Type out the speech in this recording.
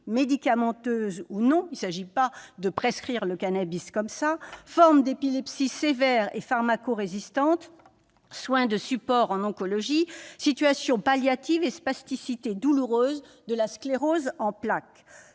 médicamenteuses ou non- il ne s'agit pas de prescrire le cannabis n'importe comment -, formes d'épilepsie sévères et pharmacorésistantes, soins de support en oncologie, situations palliatives et spasticité douloureuse de la sclérose en plaques.